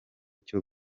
cyo